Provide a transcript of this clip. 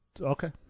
Okay